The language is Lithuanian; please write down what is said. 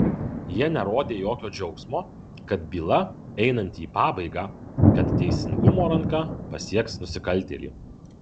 jie nerodė jokio džiaugsmo kad byla einanti į pabaigą kad teisingumo ranka pasieks nusikaltėlį